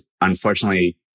unfortunately